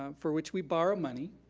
um for which we borrow money,